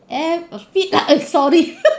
F uh feed sorry